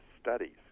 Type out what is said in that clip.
studies